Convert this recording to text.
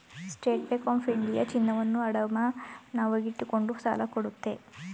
state Bank of India ಚಿನ್ನವನ್ನು ಅಡಮಾನವಾಗಿಟ್ಟುಕೊಂಡು ಸಾಲ ಕೊಡುತ್ತೆ